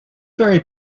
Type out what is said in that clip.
very